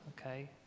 Okay